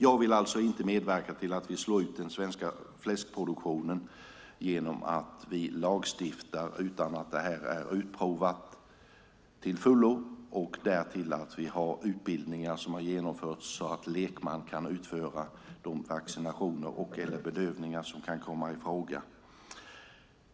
Jag vill alltså inte medverka till att vi slår ut den svenska fläskproduktionen genom att lagstifta utan att detta är utprovat till fullo och att vi har utbildningar så att lekmän kan utföra de vaccinationer eller bedövningar som kan komma i fråga.